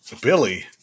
Billy